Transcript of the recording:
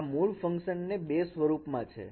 આ મૂળ ફંક્શન બે સ્વરૂપમાં છે